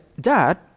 Dad